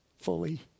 fully